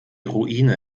ruine